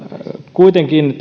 kuitenkin